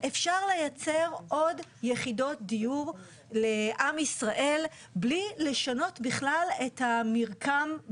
אפשר לייצר עוד יחידות דיור לעם ישראל בלי לשנות בכלל את המרקם,